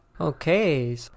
Okay